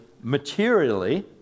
materially